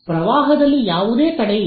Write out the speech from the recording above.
ಪ್ರವಾಹದಲ್ಲಿ ಯಾವುದೇ ತಡೆಯಿಲ್ಲ